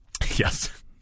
Yes